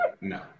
no